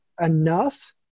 enough